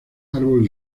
árbol